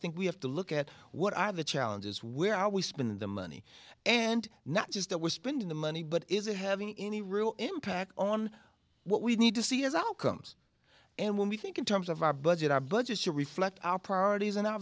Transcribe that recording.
think we have to look at what are the challenges where are we spend the money and not just that we're spending the money but is it having any real impact on what we need to see as outcomes and when we think in terms of our budget our budgets to reflect our priorities and our